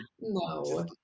No